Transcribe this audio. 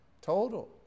total